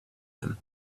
him